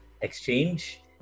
Exchange